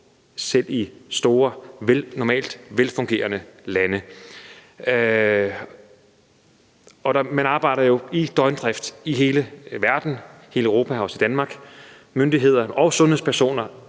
selv i store, normalt velfungerende lande. Man arbejder jo i døgndrift i hele verden – i hele Europa og også i Danmark. Myndigheder og sundhedspersonale